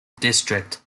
district